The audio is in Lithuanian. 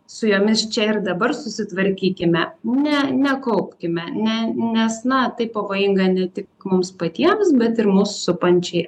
su jomis čia ir dabar susitvarkykime ne nekaupkime ne nes na tai pavojinga ne tik mums patiems bet ir mus supančiai